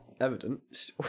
evidence